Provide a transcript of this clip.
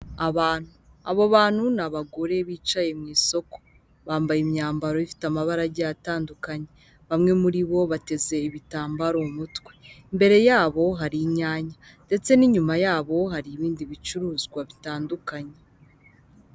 Abantu abo bantu ni abagore bicaye mu isoko bambaye imyambaro ifite amabara agiye atandukanye bamwe muri bo bateze ibitambaro mu mutwe imbere yabo hari inyanya ndetse n'inyuma yabo hari ibindi bicuruzwa bitandukanye.